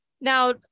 now